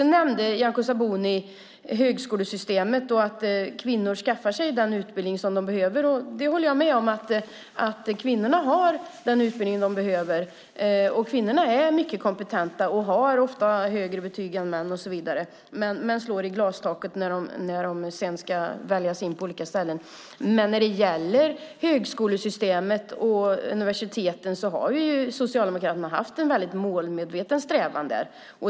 Nyamko Sabuni nämnde högskolesystemet och att kvinnor skaffar sig den utbildning som de behöver. Jag håller med om att kvinnorna har den utbildning de behöver och att de är mycket kompetenta, ofta har högre betyg än män och så vidare. Men de slår i glastaket när de sedan ska väljas in på olika ställen. När det gäller högskolesystemet och universiteten har Socialdemokraterna haft en målmedveten strävan.